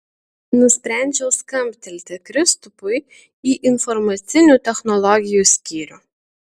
nusprendžiau skambtelti kristupui į informacinių technologijų skyrių